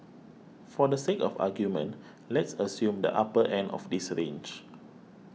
for the sake of argument let's assume the upper end of this range